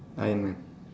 Iron Man